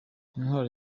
intwari